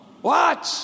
Watch